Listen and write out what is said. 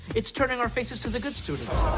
it's turning our faces to the good students.